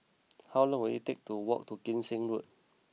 how long will it take to walk to Kim Seng Road